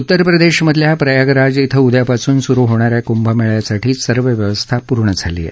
उत्तरप्रदेशमधल्या प्रयागराज कुं उद्यापासून सुरु होणाऱ्या कुंभमेळ्यासाठी सर्व व्यवस्था पूर्ण झाली आहे